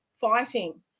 fighting